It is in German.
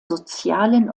sozialen